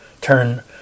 turn